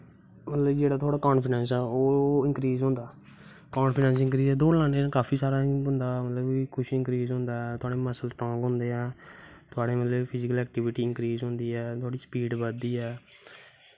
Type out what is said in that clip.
मतलब जेह्ड़ा थुआढ़ा कांफिडैंस ऐ ओह् इंकीज़ होंदा कांफिडैंस इंकीज़ दौड़ लाने कन्नै काफी सारा बंदा मतलब कि सब कुछ इंक्रीज़ होंदा ऐ थुआढ़े मसल स्ट्रांग होंदे न थुआढ़ी मतलव कि फिजिकल ऐक्टिविटी इंक्रीज़ होंदी ऐ थुआढ़ी स्पीड़ बधदी ऐ